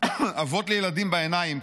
אבות לילדים בעיניים,